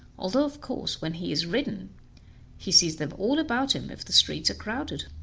although of course when he is ridden he sees them all about him if the streets are crowded.